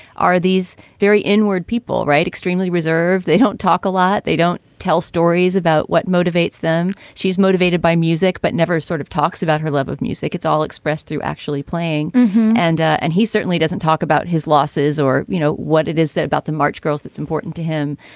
are these very inward people write extremely reserved. they don't talk a lot. they don't tell stories about what motivates them. she's motivated by music, but never sort of talks about her love of music. it's all expressed through actually playing and. and he certainly doesn't talk about his losses or, you know, what it is that about the march girls that's important to him.